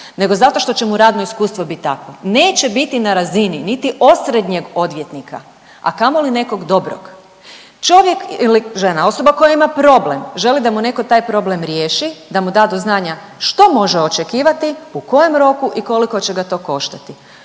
nego zato što će mu radno iskustvo bit takvo, neće biti na razini niti osrednjeg odvjetnika, a kamoli nekog dobrog. Čovjek ili žena, osoba koja ima problem želi da mu taj problem riješi, da mu da do znanja što može očekivati u kojem roku i koliko će ga to koštati.